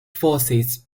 forces